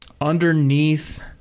underneath